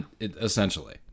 Essentially